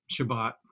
Shabbat